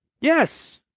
Yes